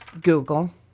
google